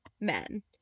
men